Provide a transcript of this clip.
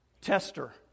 tester